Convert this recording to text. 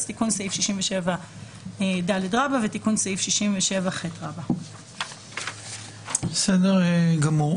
אז "תיקון סעיף 67ד" ו"תיקון סעיף 67ח". בסדר גמור.